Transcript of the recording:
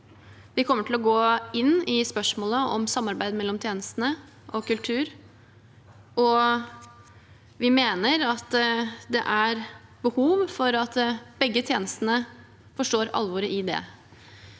Vi kommer til å gå inn i spørsmålet om samarbeid mellom tjenestene og kultur. Vi mener det er behov for at begge tjenestene forstår alvoret i det.